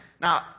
Now